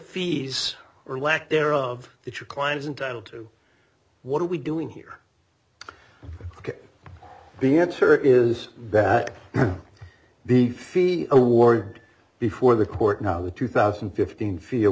fees or lack thereof that your client is entitle to what are we doing here ok b answer is that the fee award before the court now the two thousand and fifteen fiel